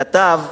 כתב: